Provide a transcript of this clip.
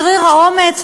שריר האומץ,